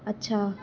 अच्छा